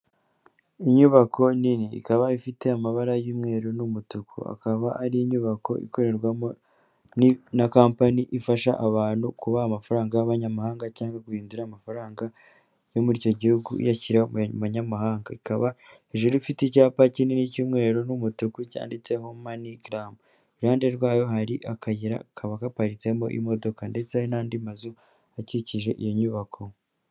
Inyubako nini ikaba ifite amabara y'umweru n'umutuku. Akaba ari inyubako ikorerwamo na company ifasha abantu kubaha amafaranga y'Abanyamahanga cyangwa guhindura amafaranga yo muri icyo gihugu iyashyira mu manyamahanga. Ikaba hejuru ifite icyapa kinini cy'umweru n'umutugu cyanditseho MoneyGram. Iruhande rwayo hari akayira kaba gaparitsemo imodoka ndetse n'andi mazu akikije iyo nyubako.